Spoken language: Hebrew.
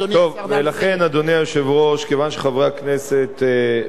אדוני, השר ארדן.